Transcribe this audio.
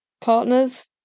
Partners